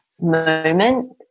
moment